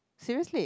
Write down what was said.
seriously